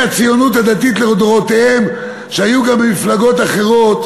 הציונות הדתית לדורותיהם שהיו גם במפלגות אחרות,